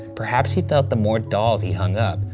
perhaps he felt the more dolls he hung up,